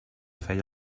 feia